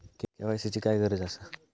KYC ची काय गरज आसा?